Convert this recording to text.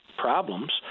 problems